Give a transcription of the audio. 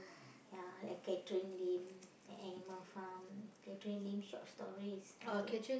ya like Catherine-Lim and animal farm Catherine-Lim short stories okay